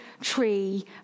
tree